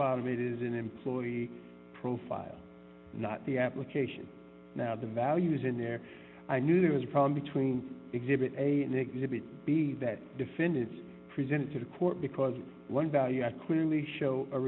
bottom it is an employee profile not the application now the values in there i knew there was a problem between exhibit a in exhibit b that defended presented to the court because one value had clearly show a